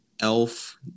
Elf